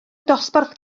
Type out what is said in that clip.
dosbarth